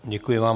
Děkuji vám.